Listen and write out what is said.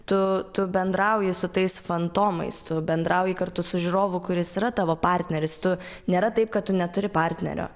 tu tu bendrauji su tais fantomais tu bendrauji kartu su žiūrovu kuris yra tavo partneris tu nėra taip kad tu neturi partnerio